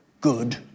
good